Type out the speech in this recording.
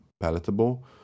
palatable